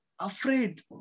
afraid